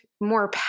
more